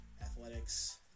Athletics